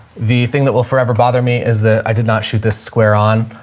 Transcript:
the thing that will forever bother me is that i did not shoot this square on,